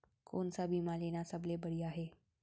कोन स बीमा लेना सबले बढ़िया हे?